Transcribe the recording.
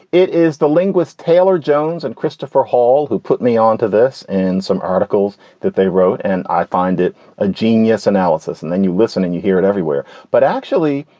it is the linguist's taylor jones and christopher hall who put me onto this and some articles that they wrote and i find it a genius analysis. and then you listen and you hear it everywhere. but actually,